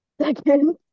Second